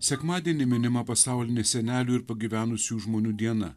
sekmadienį minima pasaulinė senelių ir pagyvenusių žmonių diena